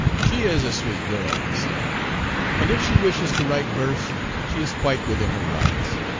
she is a sweet girl, he said and if she wishes to write verse she is quite within her rights.